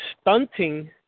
stunting